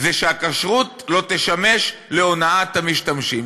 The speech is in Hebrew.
זה שהכשרות לא תשמש להונאת המשתמשים,